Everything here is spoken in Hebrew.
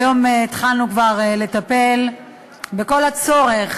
היום התחלנו כבר לטפל בכל הצורך